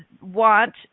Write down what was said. want